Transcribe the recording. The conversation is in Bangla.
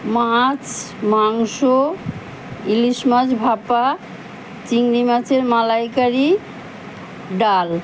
মাছ মাংস ইলিশ মাছ ভাপা চিংড়ি মাছের মালাইকারি ডাল